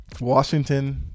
Washington